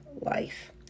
life